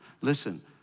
Listen